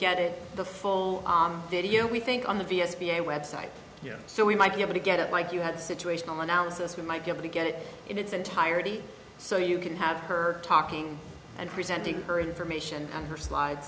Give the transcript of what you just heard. get it the full video we think on the v s p a web site so we might be able to get it like you had situational analysis we might be able to get it in its entirety so you can have her talking and presenting her information on her slides